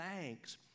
thanks